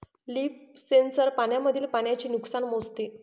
leaf sensor पानांमधील पाण्याचे नुकसान मोजते